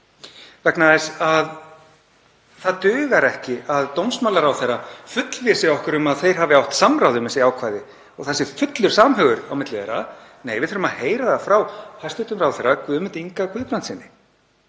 sérstaklega. Það dugir ekki að dómsmálaráðherra fullvissi okkur um að þeir hafi átt samráð um þessi ákvæði og það sé fullur samhugur á milli þeirra. Nei, við þurfum að heyra það frá hæstv. ráðherra, Guðmundi Inga Guðbrandssyni.